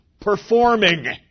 performing